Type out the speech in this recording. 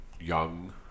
young